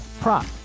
prop